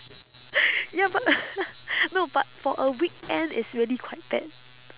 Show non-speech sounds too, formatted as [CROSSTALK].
[NOISE] ya but [NOISE] no but for a weekend it's really quite bad